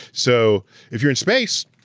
so if you're in space,